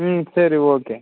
ம் சரி ஓகே